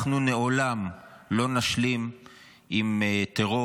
אנחנו לעולם לא נשלים עם טרור.